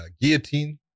guillotine